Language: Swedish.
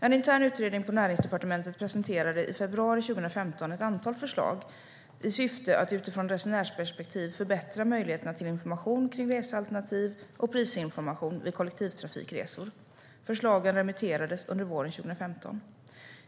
En intern utredning på Näringsdepartementet presenterade i februari 2015 ett antal förslag i syfte att utifrån ett resenärsperspektiv förbättra möjligheterna till information kring resealternativ och prisinformation vid kollektivtrafikresor. Förslagen remitterades under våren 2015.